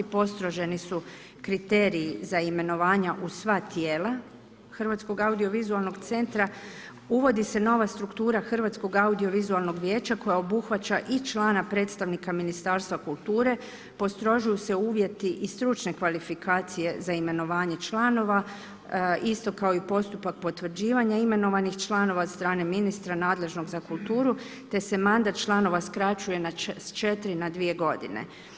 Postroženi su kriteriji za imenovanja u sva tijela Hrvatskog audiovizualnog centra, uvodi se nova struktura Hrvatskog audiovizualnog vijeća koja obuhvaća i člana predstavnika Ministarstva kulture, postrožuju se uvjeti i stručne kvalifikacije za imenovanje članova, isto kao i postupak potvrđivanja imenovanih članova od strane ministra nadležnog za kulturu te se mandat članova skraćuje s 4 na dvije godine.